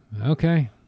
okay